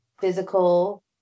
physical